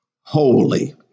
holy